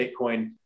Bitcoin